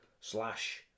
slash